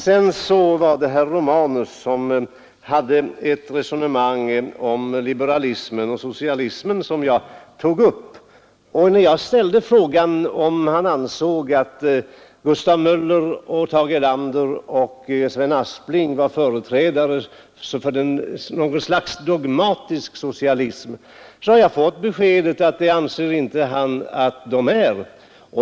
Herr Romanus förde ett resonemang om liberalismen och socialismen som jag tog upp, och när jag ställde frågan om han ansåg att Gustav Möller, Tage Erlander och Sven Aspling var företrädare för något slags dogmatisk socialism så har jag nu fått beskedet av herr Romanus att han inte anser att de är det.